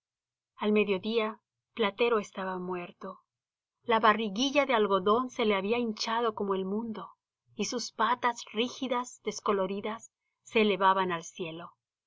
a mediodía platero estaba muerto la barriguilla de algodón se le había hinchado como el mundo y sus patas rígidas y descoloridas se elevaban al cielo